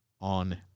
on